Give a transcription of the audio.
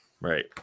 right